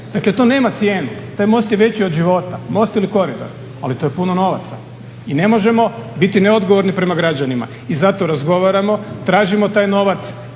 Dakle, to nema cijenu, taj most je veći od života. Most ili korito, ali to je puno novaca. I ne možemo biti neodgovorni prema građanima. I zato razgovaramo, tražimo taj novac.